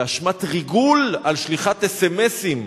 באשמת ריגול על שליחת אס.אם.אסים,